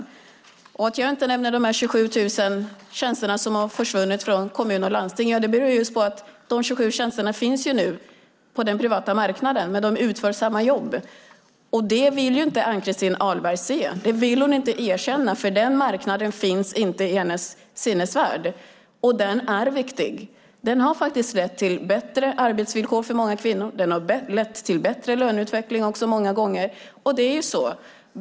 Anledningen till att jag inte nämner de 27 000 tjänster som har försvunnit från kommuner och landstingen är att de 27 000 tjänsterna finns nu på den privata marknaden, det är samma jobb. Det vill inte Ann-Christin Ahlberg se, det vill hon inte erkänna, för den marknaden finns inte i hennes sinnevärld. Men den är viktig. Den har lett till bättre arbetsvillkor för många kvinnor, och den har lett till bättre löneutveckling många gånger.